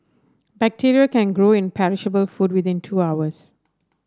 bacteria can grow in perishable food within two hours